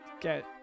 get